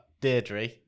Deirdre